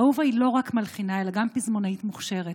אהובה היא לא רק מלחינה אלא גם פזמונאית מוכשרת